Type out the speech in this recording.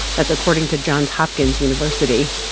that's according to johns hopkins university.